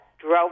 drove